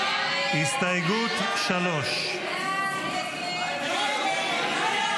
הסתייגות 3 לא נתקבלה.